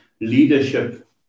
leadership